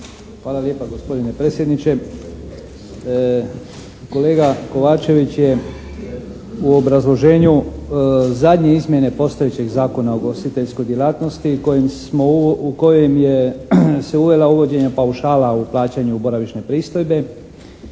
Hvala lijepa gospodine predsjedniče. Kolega Kovačević je u obrazloženju zadnje izmjene postojećeg Zakona o ugostiteljskoj djelatnosti u kojem je se uvela uvođenje paušala u plaćanju boravišne pristojbe